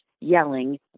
yelling